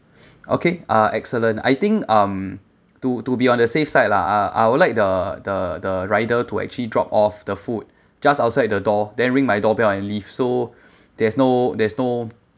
okay uh excellent I think um to to be on the safe side lah I would like the the the rider to actually drop off the food just outside the door then ring my doorbell and leave so there's no there's no